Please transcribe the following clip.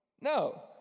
No